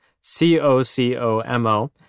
C-O-C-O-M-O